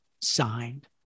signed